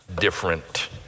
different